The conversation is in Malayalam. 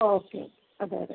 ഓക്കെ അതെ അതെ